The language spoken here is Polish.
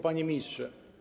Panie Ministrze!